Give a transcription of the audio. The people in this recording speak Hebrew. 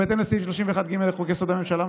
ובהתאם לסעיף 31(ג) לחוק-יסוד: הממשלה,